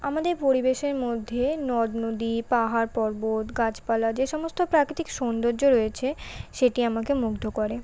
আমাদের পরিবেশের মধ্যে নদ নদী পাহাড় পর্বত গাছপালা যে সমস্ত প্রাকৃতিক সৌন্দর্য রয়েছে সেটি আমাকে মুগ্ধ করে